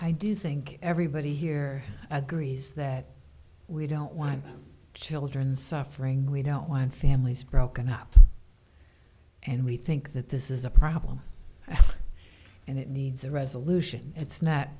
i do think everybody here agrees that we don't want children suffering we know when families broken up and we think that this is a problem and it needs a resolution it's not